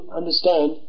understand